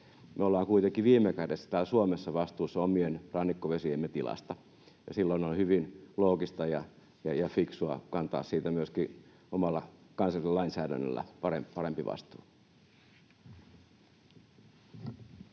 Me ollaan kuitenkin viime kädessä täällä Suomessa vastuussa omien rannikkovesiemme tilasta, ja silloin on hyvin loogista ja fiksua kantaa siitä myöskin omalla kansallisella lainsäädännöllä parempi vastuu.